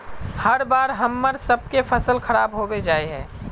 हर बार हम्मर सबके फसल खराब होबे जाए है?